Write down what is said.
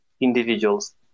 individuals